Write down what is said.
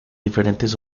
diferentes